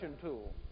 tool